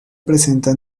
presenta